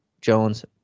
Jones